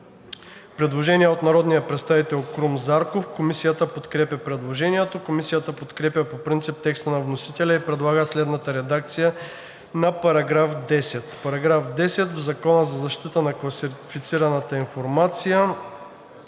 предложение от народния представител Крум Зарков. Комисията подкрепя предложението. Комисията подкрепя по принцип текста на вносителя и предлага следната редакция на § 10: „§ 10. В Закона за защита на класифицираната информация